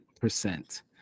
percent